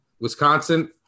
Wisconsin